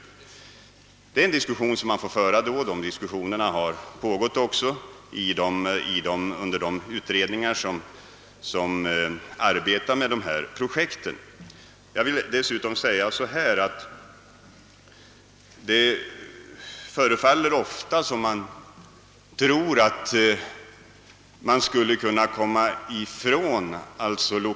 Sådana diskussioner har redan förts i de utredningar som arbetar med dessa projekt.